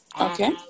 Okay